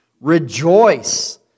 Rejoice